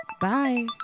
Bye